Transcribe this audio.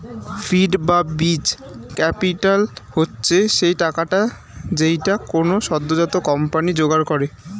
seed বা বীজ capital হচ্ছে সেই টাকাটা যেইটা কোনো সদ্যোজাত কোম্পানি জোগাড় করে